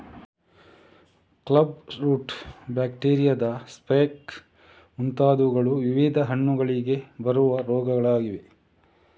club root, ಬ್ಯಾಕ್ಟೀರಿಯಾದ speck ಮುಂತಾದವುಗಳು ವಿವಿಧ ಹಣ್ಣುಗಳಿಗೆ ಬರುವ ರೋಗಗಳಾಗಿವೆ